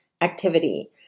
activity